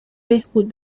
بهبود